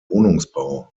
wohnungsbau